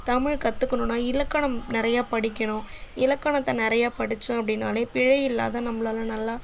தமிழ் கற்றுக்கணுன்னா இலக்கணம் நிறையா படிக்கணும் இலக்கணத்தை நிறையா படித்தோம் அப்படினாலே பிழை இல்லாம நம்மளால நல்லா